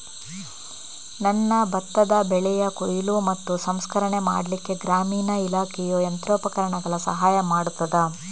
ನನ್ನ ಭತ್ತದ ಬೆಳೆಯ ಕೊಯ್ಲು ಮತ್ತು ಸಂಸ್ಕರಣೆ ಮಾಡಲಿಕ್ಕೆ ಗ್ರಾಮೀಣ ಇಲಾಖೆಯು ಯಂತ್ರೋಪಕರಣಗಳ ಸಹಾಯ ಮಾಡುತ್ತದಾ?